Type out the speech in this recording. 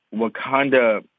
Wakanda